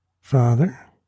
Father